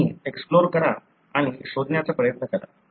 तुम्ही एक्सप्लोर करा आणि शोधण्याचा प्रयत्न करा